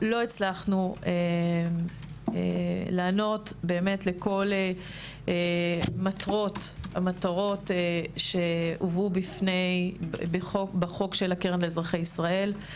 לא הצלחנו לענות באמת לכל מטרות שהובאו בחוק של הקרן לאזרחי ישראל.